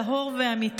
טהור ואמיתי.